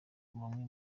bamwe